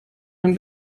ein